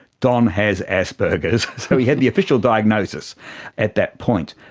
don has asperger's. so he had the official diagnosis at that point.